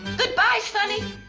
goodbye, sonny.